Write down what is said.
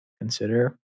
consider